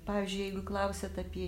pavyzdžiui jeigu klausiat apie